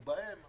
ובהם אנשים,